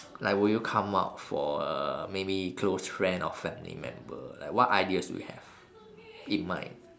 like would you come up for uh maybe close friend or family member like what ideas do you have in mind